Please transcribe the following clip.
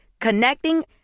Connecting